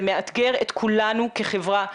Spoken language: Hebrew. זה מאתגר את כולנו כחברה.